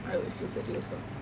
I would feel sedih also